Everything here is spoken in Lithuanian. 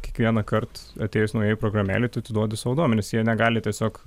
kiekvienąkart atėjus naujai programėlei tu atiduodi savo duomenis jie negali tiesiog